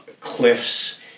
cliffs